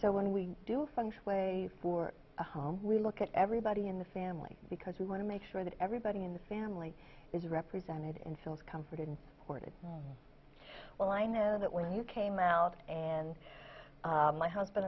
so when we do a function way for a home we look at everybody in the family because we want to make sure that everybody in the family is represented and feels comforted and supported well i know that when you came out and my husband